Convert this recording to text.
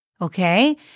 Okay